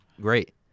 great